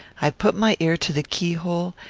i put my ear to the keyhole,